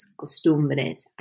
costumbres